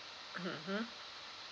mmhmm